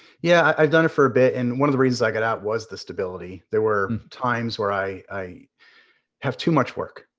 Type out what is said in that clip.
yeah, i've done it for a bit. and one of the reasons i got out was the stability. there were times where i i have too much work.